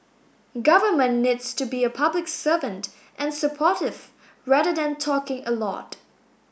government needs to be a public servant and supportive rather than talking a lot